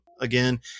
again